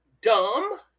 dumb